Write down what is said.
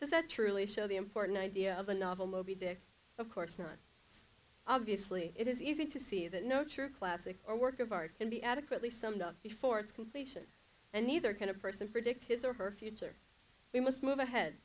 me that truly show the important idea of a novel moby dick of course not obviously it is easy to see that no true classic or work of art can be adequately summed up before its completion and neither can a person predict his or her future we must move ahead